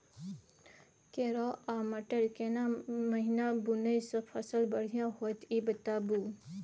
केराव आ मटर केना महिना बुनय से फसल बढ़िया होत ई बताबू?